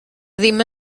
ddim